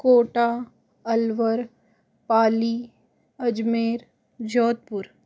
Kota Alwar Pali Ajmer Jodhpur